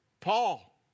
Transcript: Paul